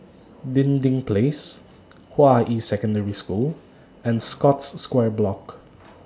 Dinding Place Hua Yi Secondary School and Scotts Square Block